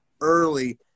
early